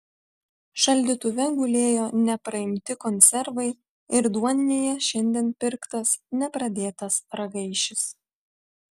šaldytuve gulėjo nepraimti konservai ir duoninėje šiandien pirktas nepradėtas ragaišis